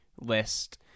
list